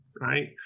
right